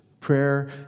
Prayer